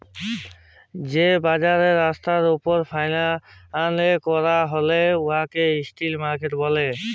যে বাজার রাস্তার উপর ফ্যাইলে ক্যরা হ্যয় উয়াকে ইস্ট্রিট মার্কেট ব্যলে